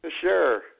Sure